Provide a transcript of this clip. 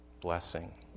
blessing